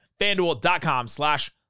Fanduel.com/slash